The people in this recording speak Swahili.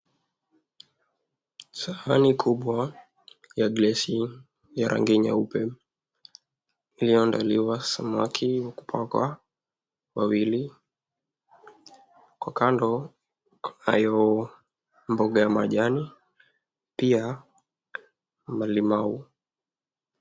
Sahani kubwa ya glasi ya rangi nyeupe ilioandaliwa samaki wa kupakwa wawili, kwa kando kunayo mboga ya majani, pia malimau.